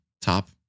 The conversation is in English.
top